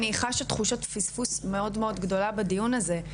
אני חשה תחושת פספוס מאוד מאוד גדולה בדיון הזה,